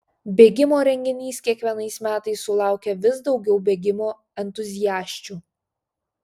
bėgimo renginys kiekvienais metais sulaukia vis daugiau bėgimo entuziasčių